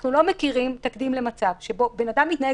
אנחנו לא מכירים תקדים למצב שבו אדם מתנהג